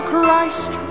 Christ